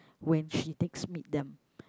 when she takes meet them